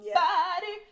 body